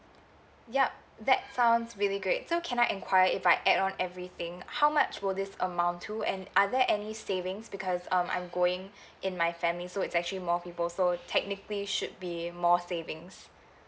yup that sounds really great so can I enquire if I add on everything how much will this amount to and are there any savings because um I'm going in my family so it's actually more people so technically should be more savings